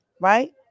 right